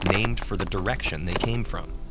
named for the direction they came from.